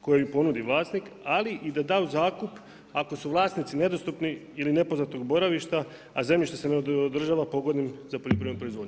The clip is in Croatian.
koju ponudi vlasnik, ali i da da u zakup ako su vlasnici nedostupni ili nepoznatog boravišta, a zemljište se ne održava pogodnim za poljoprivrednu proizvodnju.